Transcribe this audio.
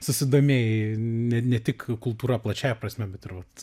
susidomėjai ne ne tik kultūra plačiąja prasme bet ir vat